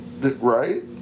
right